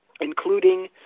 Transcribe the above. including